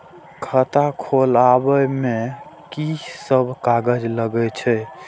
खाता खोलाअब में की सब कागज लगे छै?